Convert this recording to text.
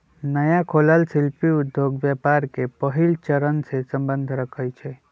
नया खोलल शिल्पि उद्योग व्यापार के पहिल चरणसे सम्बंध रखइ छै